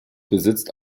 besitzt